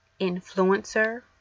influencer